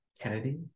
Kennedy